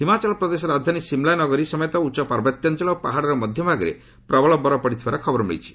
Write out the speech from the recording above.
ହିମାଚଳ ପ୍ରଦେଶର ରାଜଧାନୀ ସିମ୍ଳା ନଗରି ସମେତ ଉଚ୍ଚ ପାର୍ବତ୍ୟାଞ୍ଚଳ ଓ ପାହାଡ଼ର ମଧ୍ୟଭାଗରେ ପ୍ରବଳ ବରଫ ପଡ଼ିଥିବାର ଖବର ମିଳିଛି